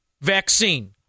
vaccine